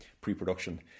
pre-production